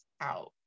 out